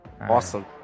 Awesome